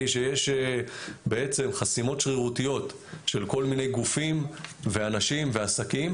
שיש בעצם חסימות שרירותיות של כל מיני גופים ואנשים ועסקים,